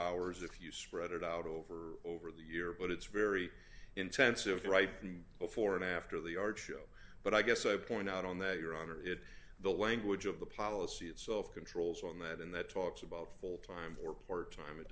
hours if you spread it out over over the year but it's very intensive writing before and after the art show but i guess i point out on that your honor if the language of the policy itself controls d on that and that talks about full time or part time it